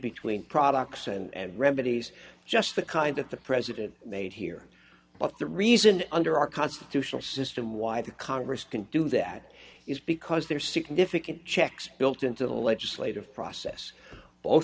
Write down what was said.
between products and remedies just the kind that the president made here but the reason under our constitutional system why the congress can do that is because there are significant checks built into the legislative process